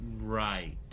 right